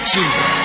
Jesus